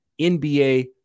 NBA